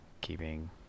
keeping